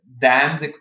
dams